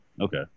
Okay